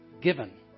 Given